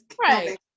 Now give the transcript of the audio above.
Right